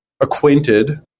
acquainted